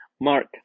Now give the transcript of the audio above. Mark